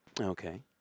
Okay